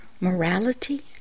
morality